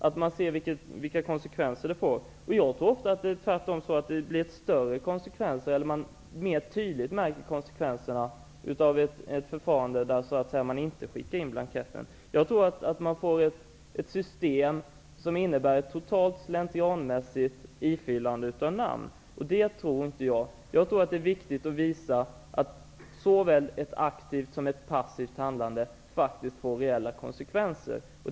Jag tror att det ofta är tvärtom och att man mer tydligt märker konsekvenserna av ett förfarande där man inte skickar in blanketten. Detta kan bli ett system som innebär ett totalt slentrianmässigt ifyllande av namn. Jag tror att det är viktigt att visa att såväl ett aktivt som ett passivt handlande faktiskt får reella konsekvenser.